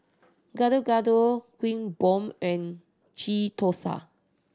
Gado Gado Kuih Bom and Ghee Thosai